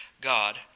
God